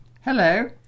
Hello